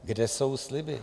Kde jsou sliby?